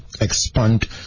expand